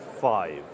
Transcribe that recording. five